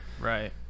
right